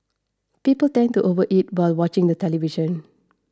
people tend to overeat while watching the television